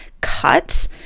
cut